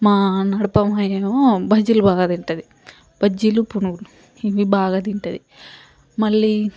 మా నడిపి అమ్మాయేమో బజ్జీలు బాగా తింటుంది బజ్జీలు పునుగులు ఇవి బాగా తింటుంది మళ్ళీ